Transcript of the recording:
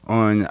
on